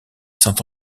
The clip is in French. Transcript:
saint